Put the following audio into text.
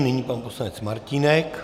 Nyní pan poslanec Martínek.